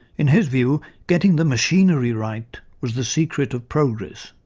in his view, getting the machinery right was the secret of progress,